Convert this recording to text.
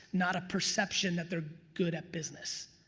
not a perception that they're good at business.